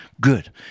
Good